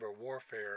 warfare